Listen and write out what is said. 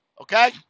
okay